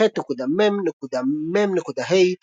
ה.ח.מ.מ.ה.